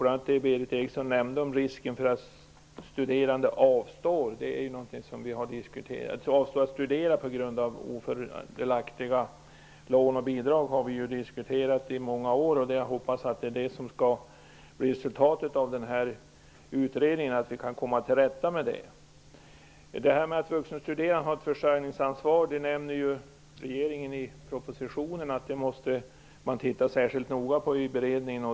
Det Berith Eriksson nämnde om risken för att studerande avstår att studera på grund av ofördelaktiga lån och bidrag är någonting som vi har diskuterat i många år. Jag hoppas att resultatet av utredningen blir att vi kan komma till rätta med det. De vuxenstuderandes försörjningsansvar nämner regeringen i propositionen att man måste titta särskilt noga på i beredningen.